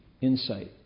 insight